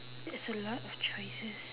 there's a lot of choices